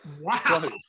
Wow